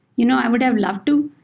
you know i would have loved to.